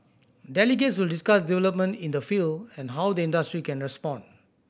delegates will discuss development in the field and how the industry can respond